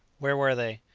where were they?